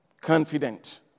confident